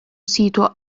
sito